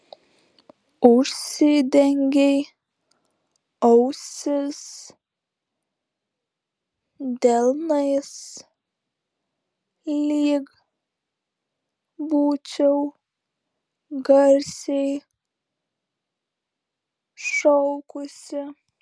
užsidengei ausis delnais lyg būčiau garsiai šaukusi